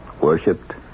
Worshipped